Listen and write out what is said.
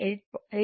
tan 1